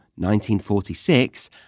1946